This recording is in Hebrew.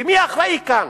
ומי אחראי כאן?